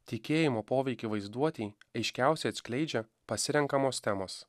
tikėjimo poveikį vaizduotei aiškiausiai atskleidžia pasirenkamos temos